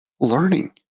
learning